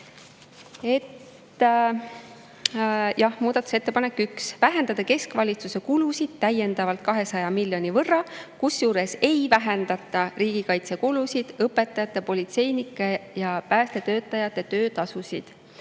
Muudatusettepanek nr 1: vähendada keskvalitsuse kulusid täiendavalt 200 miljoni võrra, kusjuures ei vähendata riigikaitsekulusid, õpetajate, politseinike ja päästetöötajate töötasusid.